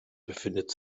befindet